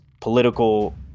political